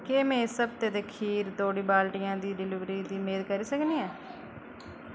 केह् मैं इस हफ्ते दे खीर धोड़ी बाल्टियें दी डलीवरी दी मेद करी सकनी आं